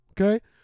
Okay